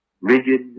rigid